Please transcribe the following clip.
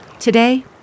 Today